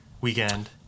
Weekend